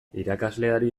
irakasleari